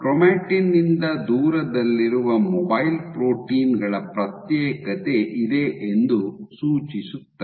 chromatin ನಿಂದ ದೂರದಲ್ಲಿರುವ mobile protein ಗಳ ಪ್ರತ್ಯೇಕತೆ ಇದೆ ಎಂದು ಸೂಚಿಸುತ್ತದೆ